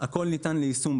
הכול ניתן ליישום.